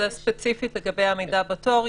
זה ספציפית לגבי עמידה בתור.